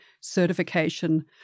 certification